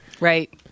Right